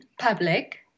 public